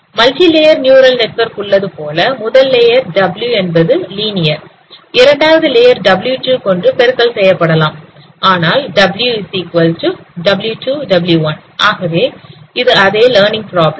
multi layer neural network உள்ளது போல முதல் லேயர் W1 என்பது லீனியர் இரண்டாவது லேயர் W2 கொண்டு பெருக்கல் செய்யப்படலாம் ஆனால் WW2W1 ஆகவே அது அதே Learning பிராப்ளம்